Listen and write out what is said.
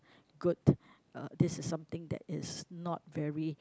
good uh this is something that is not very